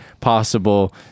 possible